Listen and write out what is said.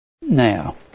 Now